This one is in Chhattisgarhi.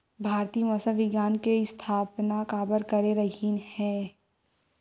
भारती मौसम विज्ञान के स्थापना काबर करे रहीन है?